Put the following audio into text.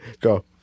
go